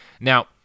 Now